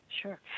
Sure